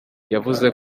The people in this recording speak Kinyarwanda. yavuze